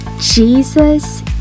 Jesus